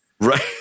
Right